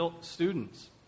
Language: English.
students